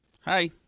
Hi